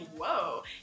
whoa